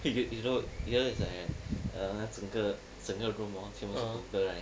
you know you know it's like err 他整个整个 room hor 全部都是 right